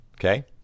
okay